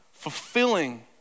fulfilling